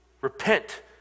Repent